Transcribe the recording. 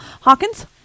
Hawkins